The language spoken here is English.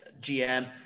GM